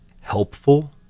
helpful